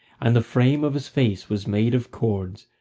and the frame of his face was made of cords,